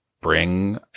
Bring